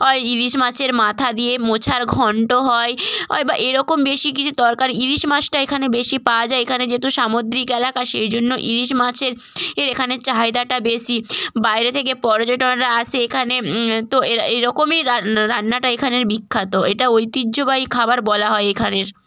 অয় ইলিশ মাছের মাথা দিয়ে মোচার ঘন্ট হয় অয় বা এরকম বেশি কিছু তরকারি ইলিশ মাছটা এখানে বেশি পাওয়া যায় এখানে যেহেতু সামুদ্রিক এলাকা সেই জন্য ইলিশ মাছের এর এখানে চাহিদাটা বেশি বাইরে থেকে পর্যটকরা আসে এখানে তো এরা এই রকমই রান্না রান্নাটা এখানের বিখ্যাত এটা ঐতিহ্যবাহী খাবার বলা হয় এখানের